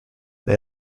they